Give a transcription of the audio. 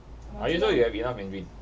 uh you know you have enough mandarin